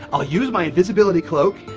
i'll use my invisibility cloak,